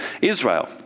Israel